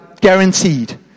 guaranteed